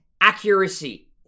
accuracy